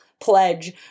pledge